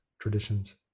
traditions